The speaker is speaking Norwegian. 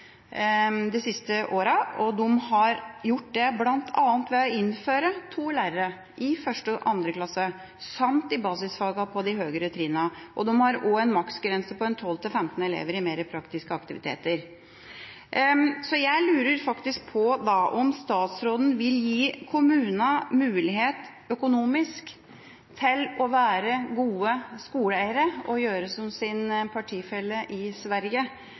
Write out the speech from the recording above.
de siste årene, og de har gjort det bl.a. ved å innføre to lærere i 1. og 2. klasse samt i basisfagene på de høyere trinnene. De har også en maksgrense på 12–15 elever i forbindelse med mer praktiske aktiviteter. Jeg lurer på om statsråden vil gi kommunene mulighet økonomisk til å være gode skoleeiere og gjøre som sitt søsterparti i Sverige,